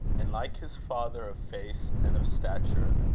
and like his father of face and of stature,